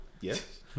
yes